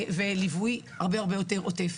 וליווי הרבה יותר עוטף.